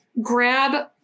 grab